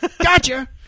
Gotcha